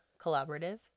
collaborative